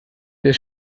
der